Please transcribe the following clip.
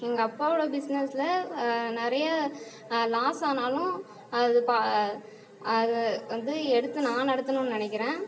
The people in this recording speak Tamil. எங்கள் அப்பாவோடய பிஸ்னஸில் நிறைய லாஸ் ஆனாலும் அது ப அது வந்து எடுத்து நான் நடத்துணுன்னு நினைக்கிறேன்